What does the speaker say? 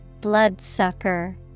Bloodsucker